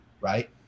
right